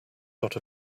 got